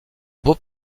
beau